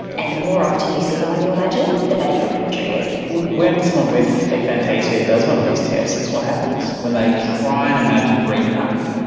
and the more often you see the one you imagine, the better your imagery is. when someone with aphantasia does one of these tests, what happens? when they try and imagine a green pattern,